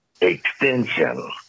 extension